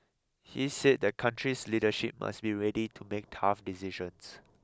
he said the country's leadership must be ready to make tough decisions